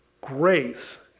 grace